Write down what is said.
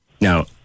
Now